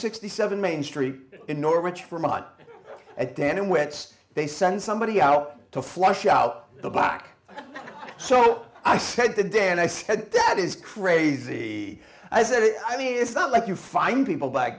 sixty seven main street in norwich vermont a dand wets they send somebody out to flush out the back so i said the day and i said that is crazy i said i mean it's not like you find people back